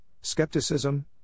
skepticism